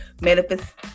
Manifest